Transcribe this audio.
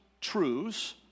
truths